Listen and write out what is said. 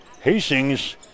Hastings